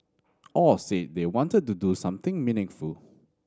all said they wanted to do something meaningful